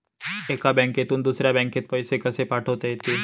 एका बँकेतून दुसऱ्या बँकेत पैसे कसे पाठवता येतील?